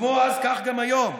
וכמו אז כך גם היום: